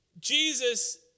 Jesus